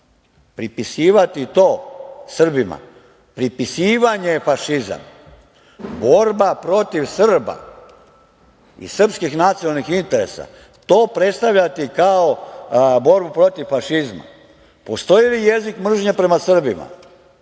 pripisivati to Srbima. Pripisivanje je fašizam. Borba protiv Srba i srpskih nacionalnih interesa i to predstavljati kao borbu protiv fašizma. Postoji li jezik mržnje prema Srbima?